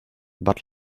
but